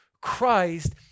Christ